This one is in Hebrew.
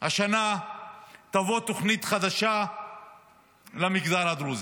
השנה תבוא תוכנית חדשה למגזר הדרוזי.